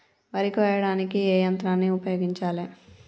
వరి కొయ్యడానికి ఏ యంత్రాన్ని ఉపయోగించాలే?